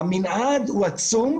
המנעד הוא עצום,